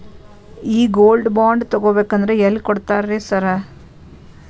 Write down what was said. ಈ gold bond ತಗಾಬೇಕಂದ್ರ ಎಲ್ಲಿ ಕೊಡ್ತಾರ ರೇ ಸಾರ್?